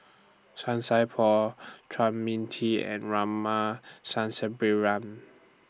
San Sai Por Chua Mia Tee and Rama